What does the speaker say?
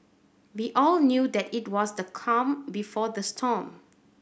we all knew that it was the calm before the storm